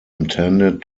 intended